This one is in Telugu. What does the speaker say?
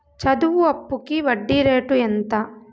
చదువు అప్పుకి వడ్డీ రేటు ఎంత?